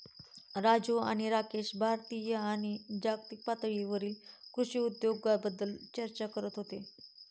राजू आणि राकेश भारतीय आणि जागतिक पातळीवरील कृषी उद्योगाबद्दल चर्चा करत होते